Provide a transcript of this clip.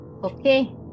Okay